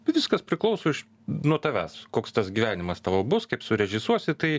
viskas priklauso nuo tavęs koks tas gyvenimas tavo bus kaip surežisuosi tai